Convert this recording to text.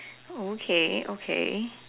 okay okay